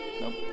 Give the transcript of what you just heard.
nope